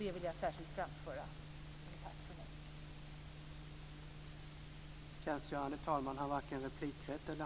Det vill jag särskilt framföra som ett tack från mig.